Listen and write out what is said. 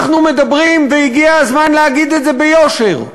אנחנו מדברים, והגיע הזמן להגיד את זה ביושר,